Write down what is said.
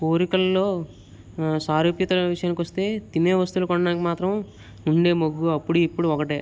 కోరికలలో సారీకృత విషయానికి వస్తే తినే వస్తువులు కొనడానికి మాత్రం ఉండే మక్కువ అప్పుడు ఇప్పుడు ఒకటే